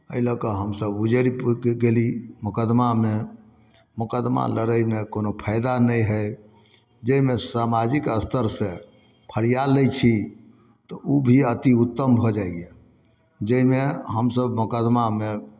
एहि लऽ कऽ हमसभ उजड़ि फुकि गेली मोकदमामे मोकदमा लड़यमे कोनो फायदा नहि हइ जाहिमे सामाजिक स्तरसँ फड़िया लै छी तऽ ओ भी अति उत्तम भऽ जाइए जाहिमे हमसभ मोकदमामे